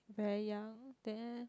very young then